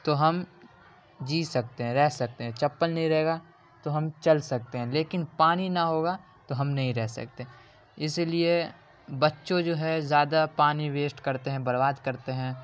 تو ہم جی سکتے ہیں رہ سکتے ہیں چپل نہیں رہے گا تو ہم چل سکتے ہیں لیکن پانی نہ ہوگا تو ہم نہیں رہ سکتے اسی لیے بچو جو ہے زیادہ پانی ویسٹ کرتے ہیں برباد کرتے ہیں